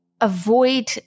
avoid